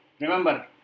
remember